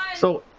so